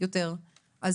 אז